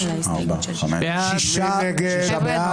הצבעה לא